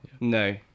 no